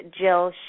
Jill